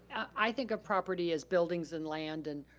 i think are property as buildings and land and